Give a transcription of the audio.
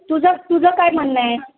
तुझं तुझं काय म्हणणं आहे